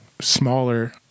smaller